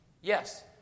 Yes